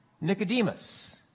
Nicodemus